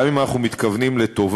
גם אם אנחנו מתכוונים לטובה,